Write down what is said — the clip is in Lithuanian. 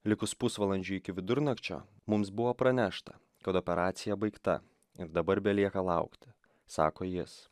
likus pusvalandžiui iki vidurnakčio mums buvo pranešta kad operacija baigta ir dabar belieka laukti sako jis